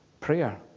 prayer